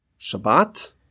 Shabbat